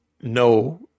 No